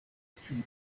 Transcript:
street